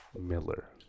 Miller